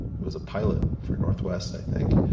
who was a pilot for northwest, i think.